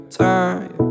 time